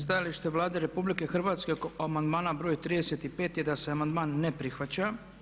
Stajalište Vlade RH oko amandmana br. 35. je da se amandman ne prihvaća.